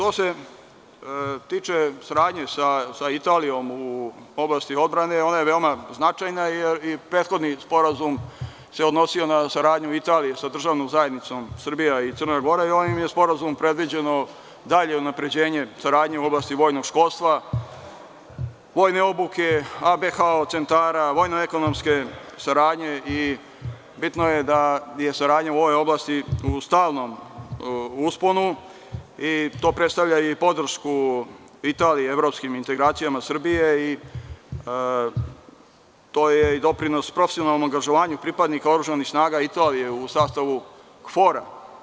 Što se tiče saradnje sa Italijom u oblasti odbrane, ona je veoma značajna jer i prethodni sporazum se odnosio na saradnju Italije sa državnom zajednicom Srbija i Crna Gora i ovim je sporazumom predviđeno dalje unapređenje u oblasti vojnog školstva, vojne obuke, ABHO centara, vojno-ekonomske saradnje i bitno je da je saradnja u ovoj oblasti u stalnom usponu i to predstavlja i podršku Italije evropskim integracijama Srbije i to je i doprinos profesionalnom angažovanju pripadnika oružanih snaga Italije u sastavu KFOR.